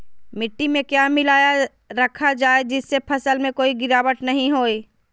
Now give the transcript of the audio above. मिट्टी में क्या मिलाया रखा जाए जिससे फसल में कोई गिरावट नहीं होई?